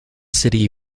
city